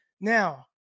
Now